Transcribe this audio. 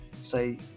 say